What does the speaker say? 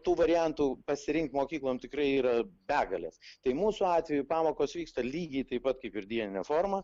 tų variantų pasirinkt mokyklom tikrai yra begalės štai mūsų atveju pamokos vyksta lygiai taip pat kaip ir dienine forma